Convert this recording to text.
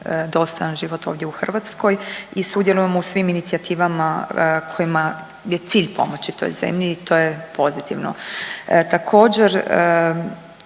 dostojan život ovdje u Hrvatskoj i sudjelujemo u svim inicijativama kojima je cilj pomoći toj zemlji i to je pozitivno.